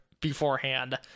beforehand